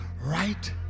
right